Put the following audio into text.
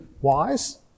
wise